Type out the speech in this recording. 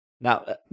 Now